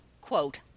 quote